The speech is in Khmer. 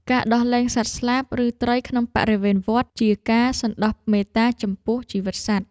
ការដោះលែងសត្វស្លាប ឬត្រីក្នុងបរិវេណវត្ត ជាការសន្តោសមេត្តាចំពោះជីវិតសត្វ។